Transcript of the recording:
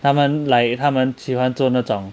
他们 like 他们喜欢做那种